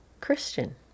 Christian